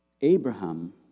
Abraham